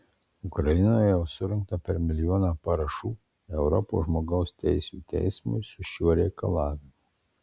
ukrainoje jau surinkta per milijoną parašų europos žmogaus teisių teismui su šiuo reikalavimu